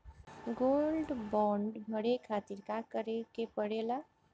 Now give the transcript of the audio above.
Gold bond भरे खातिर का करेके पड़ेला?